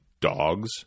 dogs